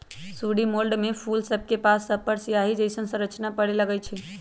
sooty mould में फूल सभके पात सभपर सियाहि जइसन्न संरचना परै लगैए छइ